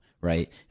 Right